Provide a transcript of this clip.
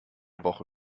woche